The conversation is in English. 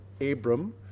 Abram